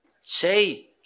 Say